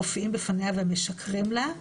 מופיעים בפניה ומשקרים לה,